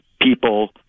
people